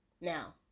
Now